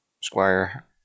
Squire